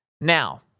Now